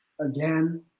again